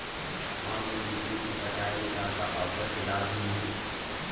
Online बिजली bill पटाय ले का का ऑफ़र के लाभ मिलही?